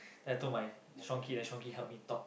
then I told my strongkey then my strongkey help me talk